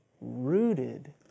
rooted